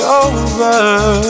over